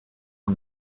for